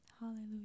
Hallelujah